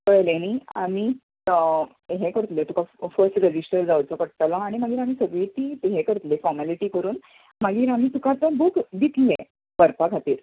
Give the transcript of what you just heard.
कळ्ळें न्ही आनी हें करतले तुका फस्ट रेजिस्टर जावचो पडटलो आनी मागीर आमी सगळीं तीं हे करतले फाॅर्मेलिटी करून मागीर आमी तुका ते बुक दितले व्हरपा खातीर